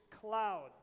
cloud